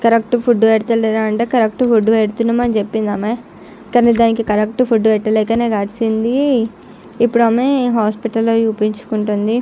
correct food పెట్టడం లేదా అంటే కరెక్ట్ ఫుడ్ పెడుతున్నామని చెప్పింది ఆమె కానీ దానికి కరెక్ట్ ఫుడ్ పెట్టలేక అది కరిచింది ఇప్పుడు ఆమె హాస్పిటల్లో చూపించుకుంటుంది